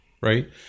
Right